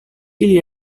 ili